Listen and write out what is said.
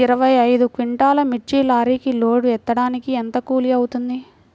ఇరవై ఐదు క్వింటాల్లు మిర్చి లారీకి లోడ్ ఎత్తడానికి ఎంత కూలి అవుతుంది?